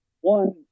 One